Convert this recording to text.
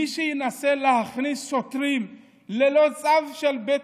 מי שינסה להכניס שוטרים ללא צו של בית